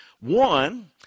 One